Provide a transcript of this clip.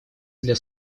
для